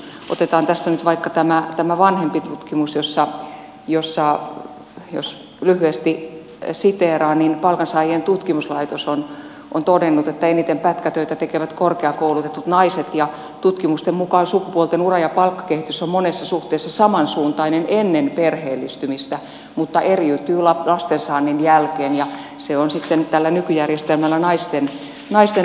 otetaan nyt vaikka tämä vanhempi tutkimus josta jos lyhyesti siteeraan niin palkansaajien tutkimuslaitos on todennut että eniten pätkätöitä tekevät korkeakoulutetut naiset ja tutkimusten mukaan sukupuolten ura ja palkkakehitys on monessa suhteessa samansuuntainen ennen perheellistymistä mutta eriytyy lastensaannin jälkeen ja se on sitten tällä nykyjärjestelmällä naisten tappioksi